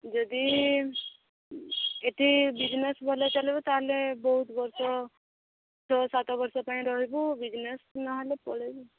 ଯଦି ଏଇଠି ବିଜିନେସ୍ ଭଲ ଚାଲିବ ତା'ହେଲେ ବହୁତ ବର୍ଷ ଛଅ ସାତ ବର୍ଷ ପାଇଁ ରହିବୁ ବିଜିନେସ୍ ନହେଲେ ପଳେଇବୁ